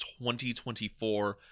2024